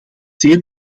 zeer